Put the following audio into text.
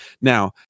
Now